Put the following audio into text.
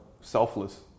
selfless